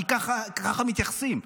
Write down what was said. כי ככה מתייחסים.